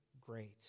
great